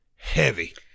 heavy